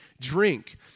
drink